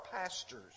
pastors